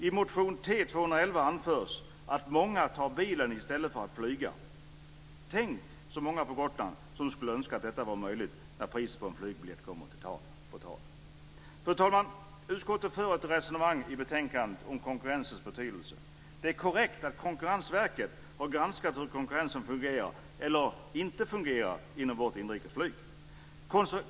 I motion T211 anförs att många tar bilen i stället för att flyga. Tänk så många på Gotland som önskar att detta vore möjligt när priset på en flygbiljett kommer på tal. Fru talman! Utskottet för ett resonemang i betänkandet om konkurrensens betydelse. Det är korrekt att Konkurrensverket har granskat hur konkurrensen fungerar eller inte fungerar inom vårt inrikesflyg.